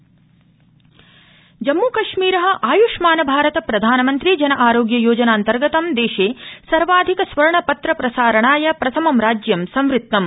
जम्मू कश्मीर जम्मूकश्मीर आय्ष्मान भारत प्रधानमन्त्री जन अरोग्य योजनान्तर्गतं देशे सर्वाधिक स्वर्ण त्र प्रसारणाय प्रथमं राज्यं संवृत्तम्